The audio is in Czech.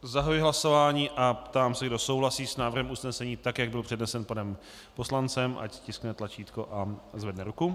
Zahajuji hlasování a ptám se, kdo souhlasí s návrhem usnesení, jak byl přednesen panem poslancem, ať stiskne tlačítko a zvedne ruku.